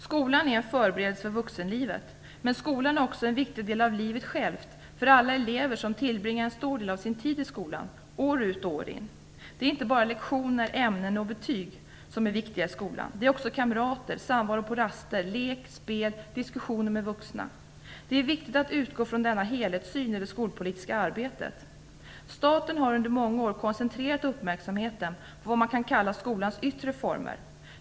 Skolan är en förberedelse för vuxenlivet. Men skolan är också en viktig del av livet självt för alla elever som tillbringar en stor del av sin tid i skolan, år ut och år in. Det är inte bara lektioner, ämnen, betyg osv. som är viktiga i skolan. Det är också kamrater, samvaro på raster, lek, spel, diskussioner med vuxna osv. Det är viktigt att utgå från denna helhetssyn i det skolpolitiska arbetet. Staten har under många år koncentrerat uppmärksamheten på vad man kan kalla skolans yttre former.